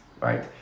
right